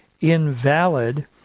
invalid